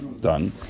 done